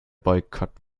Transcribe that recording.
boykott